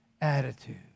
attitude